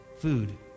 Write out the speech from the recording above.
food